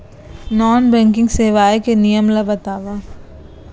Non banking सेवाएं के नियम ला बतावव?